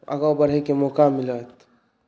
एक आगाँ बढ़ैके मौका मिलत